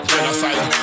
Genocide